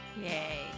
yay